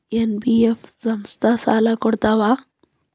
NBF ಸಂಸ್ಥಾ ಸಾಲಾ ಕೊಡ್ತಾವಾ?